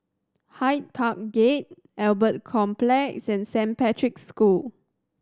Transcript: Hyde Park Gate Albert Complex and Saint Patrick's School